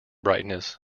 brightness